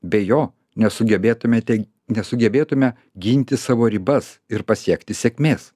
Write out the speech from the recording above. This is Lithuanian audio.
be jo nesugebėtumėte nesugebėtume ginti savo ribas ir pasiekti sėkmės